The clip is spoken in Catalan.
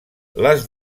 les